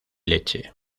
leche